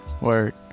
Word